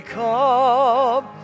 come